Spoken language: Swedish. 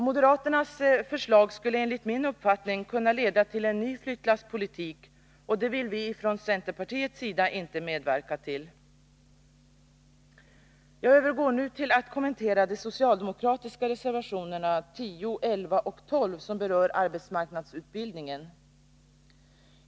Moderaternas förslag skulle enligt min uppfattning kunna leda till en ny flyttlasspolitik, och det vill vi från centerns sida inte medverka till. Jag övergår nu till att kommentera de socialdemokratiska reservationerna 10, 11 och 12, som berör arbetsmarknadsutbildningen.